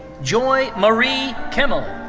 joy marie kimmel.